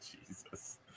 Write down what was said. Jesus